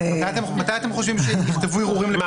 מתי, לדעתך תכתבו ערעורים?